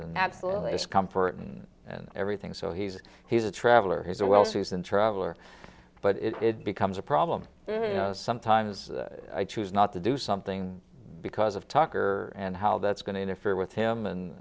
discomfort and everything so he's he's a traveller he's a well seasoned traveler but it becomes a problem sometimes i choose not to do something because of tucker and how that's going to interfere with him and